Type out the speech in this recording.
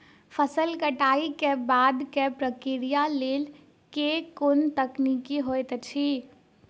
फसल कटाई केँ बादक प्रक्रिया लेल केँ कुन तकनीकी होइत अछि?